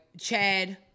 Chad